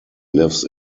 lives